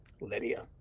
Lydia